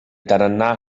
tarannà